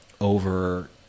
over